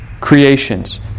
creations